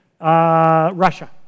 Russia